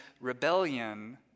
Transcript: rebellion